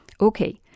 Okay